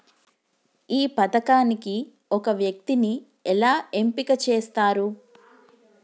ఈ పథకానికి ఒక వ్యక్తిని ఎలా ఎంపిక చేస్తారు?